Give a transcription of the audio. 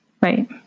right